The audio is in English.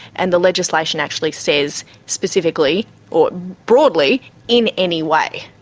and the legislation actually says specifically or broadly in any way,